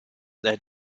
their